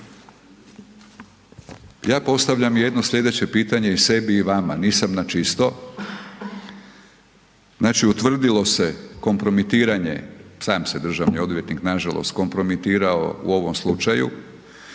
Ja postavljam jedno slijedeće pitanje i sebi i vama, nisam na čisto. Znači, utvrdilo se kompromitiranje, sam se državni odvjetnik na žalost kompromitirao u ovom slučaju,